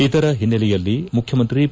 ಇದರ ಹಿನ್ನೆಲೆಯಲ್ಲಿ ಮುಖ್ಯಮಂತ್ರಿ ಬಿ